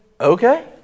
okay